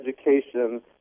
education